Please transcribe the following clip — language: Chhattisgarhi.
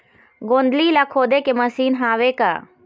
गोंदली ला खोदे के मशीन हावे का?